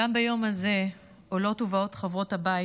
גם ביום האישה הזה עולות ובאות חברות הבית